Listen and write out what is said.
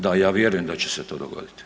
Da, ja vjerujem da će se to dogodit.